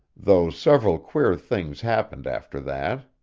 though several queer things happened after that.